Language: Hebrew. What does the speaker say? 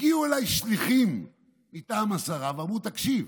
הגיעו אליי שליחים מטעם השרה ואמרו: תקשיב,